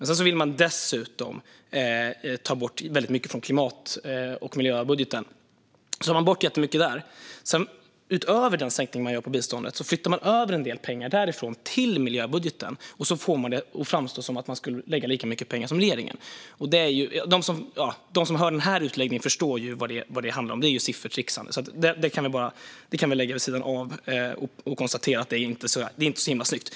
Sedan vill man dessutom ta bort mycket från klimat och miljöbudgeten. Utöver den sänkning man gör på biståndet flyttar man över en del pengar därifrån till miljöbudgeten, och så får man det att framstå som att man lägger lika mycket som regeringen. De som hör denna utläggning förstår vad det handlar om: Det är siffertrixande. Vi kan lägga detta vid sidan av och konstatera att det inte är så himla snyggt.